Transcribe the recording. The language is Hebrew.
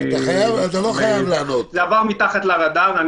זה עבר מתחת לרדאר.